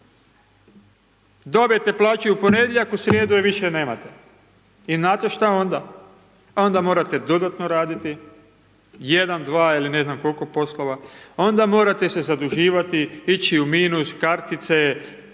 Dobijete plaću u ponedjeljak, u srijedu je više nemate. I znate što onda? Onda morate dodatno raditi, jedan, dva ili ne znam koliko poslova, onda morate se zaduživati, ići u minus, kartice,